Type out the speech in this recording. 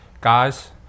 Guys